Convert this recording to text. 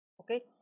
okay